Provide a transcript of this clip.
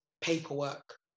paperwork